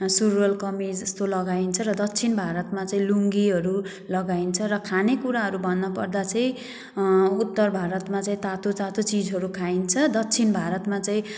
सुरवाल कमिज यस्तो लगाइन्छ र दक्षिण भारतमा चाहिँ लुङ्गीहरू लगाइन्छ र खानेकुराहरू भन्नपर्दा चाहिँ उत्तर भारतमा चाहिँ तातो तातो चिजहरू खाइन्छ दक्षिण भारतमा चाहिँ